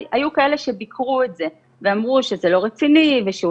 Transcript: היו כאלה שביקרו את זה ואמרו שזה לא רציני ושהוא